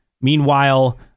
Meanwhile